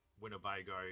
Winnebago